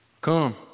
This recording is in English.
Come